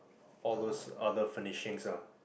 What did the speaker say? all those other furnishings ah